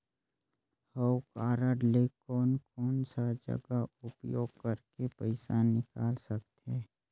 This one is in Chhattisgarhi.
हव कारड ले कोन कोन सा जगह उपयोग करेके पइसा निकाल सकथे?